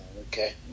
okay